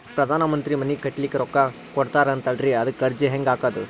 ಪ್ರಧಾನ ಮಂತ್ರಿ ಮನಿ ಕಟ್ಲಿಕ ರೊಕ್ಕ ಕೊಟತಾರಂತಲ್ರಿ, ಅದಕ ಅರ್ಜಿ ಹೆಂಗ ಹಾಕದು?